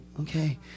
okay